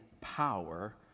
power